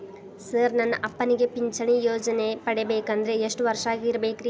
Sir ನನ್ನ ಅಪ್ಪನಿಗೆ ಪಿಂಚಿಣಿ ಯೋಜನೆ ಪಡೆಯಬೇಕಂದ್ರೆ ಎಷ್ಟು ವರ್ಷಾಗಿರಬೇಕ್ರಿ?